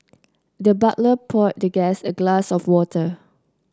the butler poured the guest a glass of water